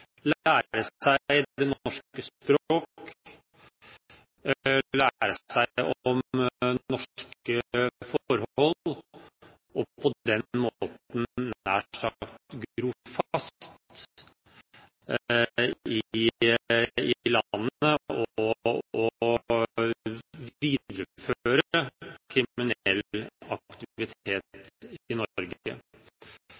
norske kriminelle. De lærer seg det norske språk, de får kunnskap om norske forhold, og på den måten gror de fast – hadde jeg nær sagt – i landet og viderefører kriminell